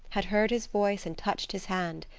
had heard his voice and touched his hand.